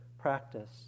practice